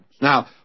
Now